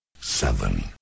Seven